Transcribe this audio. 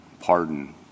pardon